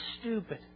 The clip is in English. stupid